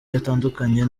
atandukanye